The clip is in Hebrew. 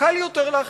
קל יותר להחליט,